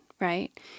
right